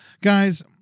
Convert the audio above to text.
guys